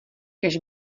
kéž